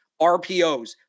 RPOs